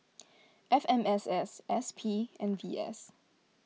F M S S S P and V S